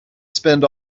spend